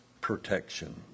protection